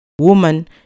Woman